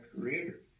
Creator